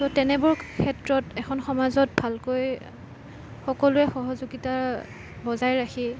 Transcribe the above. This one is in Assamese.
চ' তেনেবোৰ ক্ষেত্ৰত এখন সমাজত ভালকৈ সকলোৱে সহযোগিতা বজাই ৰাখি